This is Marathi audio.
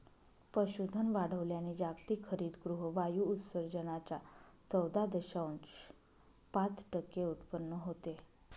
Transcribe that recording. पशुधन वाढवल्याने जागतिक हरितगृह वायू उत्सर्जनाच्या चौदा दशांश पाच टक्के उत्पन्न होते